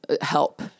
help